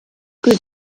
good